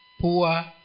poor